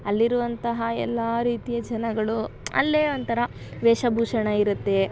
ಅಲ್ಲಿರುವಂತಹ ಎಲ್ಲ ರೀತಿಯ ಜನಗಳು ಅಲ್ಲೇ ಒಂಥರ ವೇಷ ಭೂಷಣ ಇರುತ್ತೆ